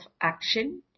action